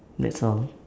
that's all